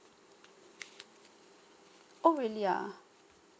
oh really ah